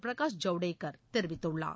பிரகாஷ் ஜவடேகா தெரிவித்துள்ளார்